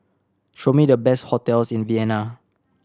show me the best hotels in Vienna